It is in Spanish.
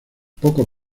poco